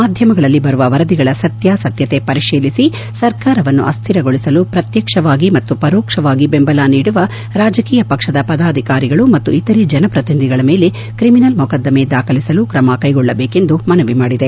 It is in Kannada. ಮಾಧ್ಯಮಗಳಲ್ಲಿ ಬರುವ ವರದಿಗಳ ಸತ್ಕಾಸತ್ಕತೆ ಪರಿಶೀಲಿಸಿ ಸರ್ಕಾರವನ್ನು ಅಸ್ತಿರಗೊಳಿಸಲು ಪ್ರತ್ಯಕ್ಷವಾಗಿ ಮತ್ತು ಪರೋಕ್ಷವಾಗಿ ಬೆಂಬಲ ನೀಡುವ ರಾಜಕೀಯ ಪಕ್ಷದ ಪದಾಧಿಕಾರಿಗಳು ಮತ್ತು ಇತರೆ ಜನಪ್ರತಿನಿಧಿಗಳ ಮೇಲೆ ತ್ರಿಮಿನಲ್ ಮೊಕದ್ದಮೆ ದಾಖಲಿಸಲು ಕ್ರಮ ಕೈಗೊಳ್ಳಬೇಕೆಂದು ಮನವಿ ಮಾಡಿದೆ